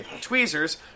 tweezers